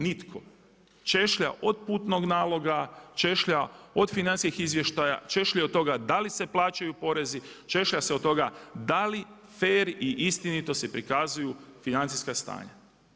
Nitko, češlja od putnog naloga, češlja od financijskih izvještaja, češljaj u od toga da li se plaćaju porezi, češlja se od toga da li fer i istinito se prikazuju financijska stanja.